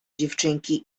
dziewczynki